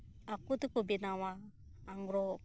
ᱟᱠᱚ ᱛᱮᱠᱚ ᱵᱮᱱᱟᱣᱟ ᱟᱝᱨᱚᱵ